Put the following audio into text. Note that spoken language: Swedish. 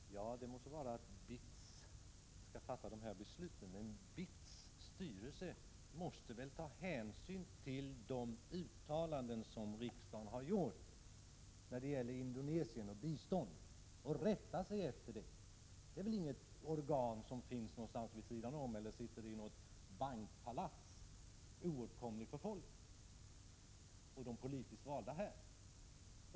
Herr talman! Det måste ju vara BITS som fattar besluten. BITS styrelse måste ta hänsyn till de uttalanden som riksdagen har gjort beträffande Indonesien och bistånd och rätta sig efter dem. Det är väl inget organ som finns någonstans vid sidan om eller som sitter i något bankpalats oåtkomligt för folket och de politiskt valda.